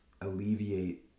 alleviate